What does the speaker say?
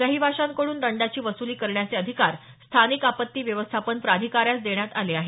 रहिवाशांकडून दंडाची वसूली करण्याचे अधिकार स्थानिक आपत्ती व्यवस्थापन प्राधिकाऱ्यास देण्यात आले आहेत